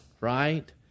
right